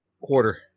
quarter